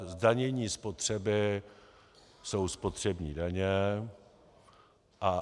Zdanění spotřeby jsou spotřební daně a DPH.